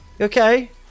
Okay